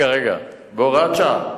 בהוראת שעה.